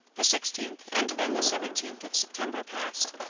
the sixteenth, and then the seventeenth of september passed,